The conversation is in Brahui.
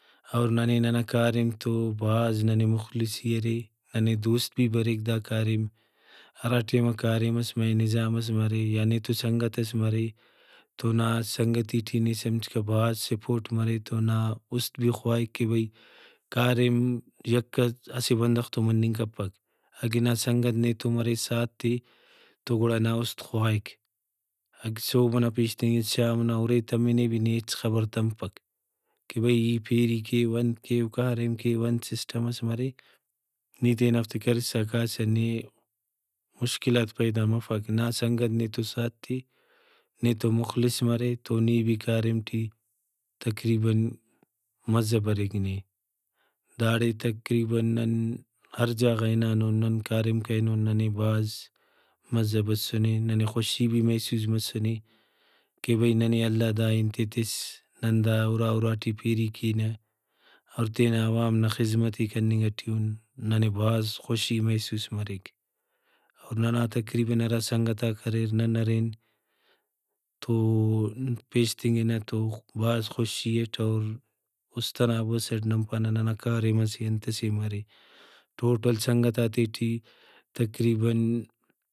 اور ننے ننا کاریم تو بھاز ننے مخلصی ارے ننے دوست بھی بریک دا کاریم ہرا ٹائما کاریمس مرے نظامس مرے یا نے تو سنگتس تو نا سنگتی ٹی نی سمجھکہ بھاز سپورٹ مرے تونا اُست بھی خواہک کہ بھئی کاریم یکہ اسہ بندغ تو مننگ کپک اگہ نا سنگت نے تو مرے ساتھ تے تو گڑا نا اُست خواہک۔ اگہ صوب نا پیشتنگس شام ئنا ہُرے تمہِ نے بھی نے ہچ خبر تمپک کہ بھئی ای پیری کیو انت کیو کاریم کیو انت سسٹم ئس مرے نی تینافتے کرسا کاسہ نے مشکلات پیدا مفک نا سنگت نیتو ساتھ تے نیتو مخلص مرے تو نی بھی کاریم ٹی تقریباً مزہ بریک نے۔ داڑے تقریباً نن ہر جاگہ غا ہنانُن نن کاریم کرینن ننے بھاز مزہ بسنے ننے خوشی بھی محسوس مسنے کہ بھئی ننے اللہ دا انتے تِس نن دا اُرا اُرا ٹی پیری کینہ اور تینا عوام نا خذمت ئے کننگ ٹی اُن ننے بھاز خوشی محسوس مریک ۔اور ننا تقریباً ہرا سنگتاک اریر نن ارین تو پیشتنگنہ تو بھاز خوشی اٹ اور اُست ئنا حبس اٹ نن پانہ ننا کاریمس یا انتسے مرے۔ ٹوٹل سنگتاتے ٹی تقریباً